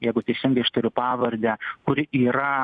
jeigu teisingai ištariu pavardę kuri yra